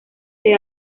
del